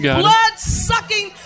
blood-sucking